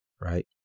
right